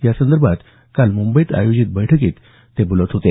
या संदर्भात काल मुंबईत आयोजित बैठकीत ते बोलत होते